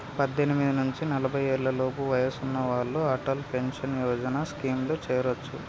పద్దెనిమిది నుంచి నలభై ఏళ్లలోపు వయసున్న వాళ్ళు అటల్ పెన్షన్ యోజన స్కీమ్లో చేరొచ్చు